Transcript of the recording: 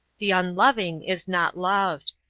the unloving is not loved.